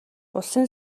улсын